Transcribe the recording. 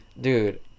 dude